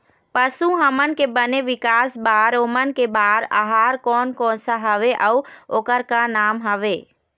पशु हमन के बने विकास बार ओमन के बार आहार कोन कौन सा हवे अऊ ओकर का नाम हवे?